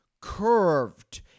curved